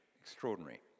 extraordinary